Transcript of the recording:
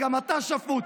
וגם אתה שפוט.